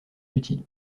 utile